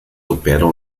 operam